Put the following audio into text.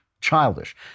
childish